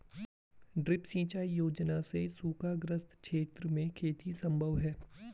drip सिंचाई योजना से सूखाग्रस्त क्षेत्र में खेती सम्भव है